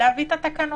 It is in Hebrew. להביא את התקנות.